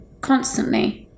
constantly